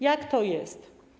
Jak to jest?